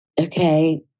okay